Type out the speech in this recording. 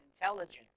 intelligence